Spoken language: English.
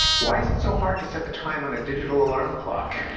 why is it so hard to set the time on a digital alarm clock?